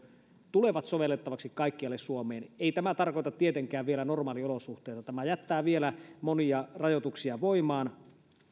tulevat sovellettavaksi kaikkialle suomeen ei tämä tarkoita tietenkään vielä normaaliolosuhteita tämä jättää vielä monia rajoituksia voimaan